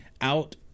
out